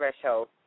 threshold